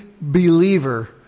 believer